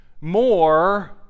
more